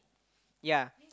yeah